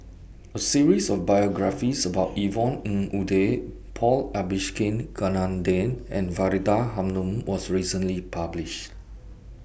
A series of biographies about Yvonne Ng Uhde Paul Abisheganaden and Faridah Hanum was recently published